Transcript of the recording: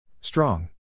Strong